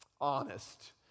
honest